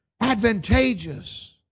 advantageous